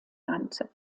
nannte